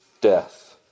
death